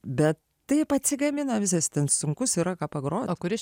bet taip atsigamina visas tas sunkus yra ką pagroju o kuris